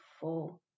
four